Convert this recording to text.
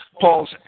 Paul's